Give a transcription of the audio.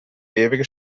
ewige